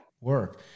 work